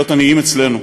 להיות עניים אצלנו.